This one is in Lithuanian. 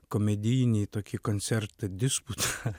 komedijinį tokį koncertą disputą